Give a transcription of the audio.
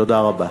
תודה רבה.